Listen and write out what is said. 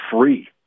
free